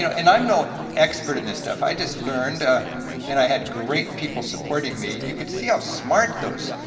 you know and i'm not expert at and this stuff. i just learned, ah and i had great people supporting me. you could see how smart those,